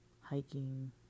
hiking